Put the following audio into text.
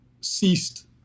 ceased